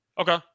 Okay